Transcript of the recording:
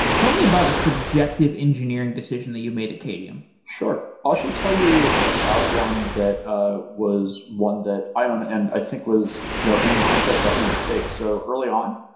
tell me about a subjective engineering decision that you made at qadium sure. i'll actually tell you about one that ah was one that i own and i think was you know in hindsight definitely a mistake. so early on,